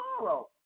tomorrow